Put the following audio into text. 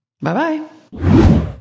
bye-bye